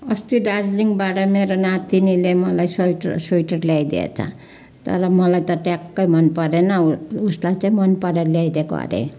अस्ति दार्जिलिङबाट मेरो नातिनीले मलाई स्वेटर स्वेटर ल्याइदिएछ तर मलाई त ट्याक्कै मनपरेन उसलाई चाहिँ मनपरेर ल्याइदिएको अरे